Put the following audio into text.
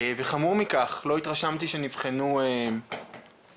וחמור מכך, לא התרשמתי שנבחנו חלופות